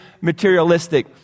materialistic